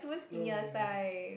oh-my-god